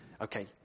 Okay